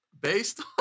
based